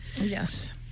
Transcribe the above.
Yes